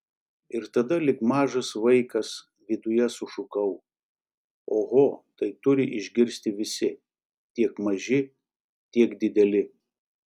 ir tada lyg mažas vaikas viduje sušukau oho tai turi išgirsti visi tiek maži tiek dideli